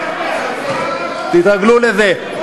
תתרגלו לזה.